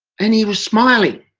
and he was smiling.